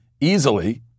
easily